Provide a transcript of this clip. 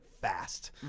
fast